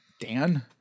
Dan